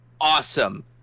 awesome